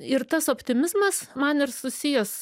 ir tas optimizmas man ir susijęs